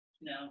No